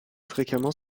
fréquemment